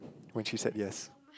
when she said yes